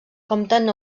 compten